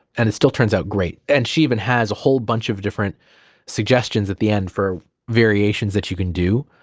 and it still turns out great. and she even has a whole bunch of different suggestions at the end for variations that you can do.